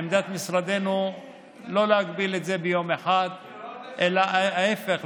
עמדת משרדנו היא לא להגביל את זה ליום אחד אלא להפך,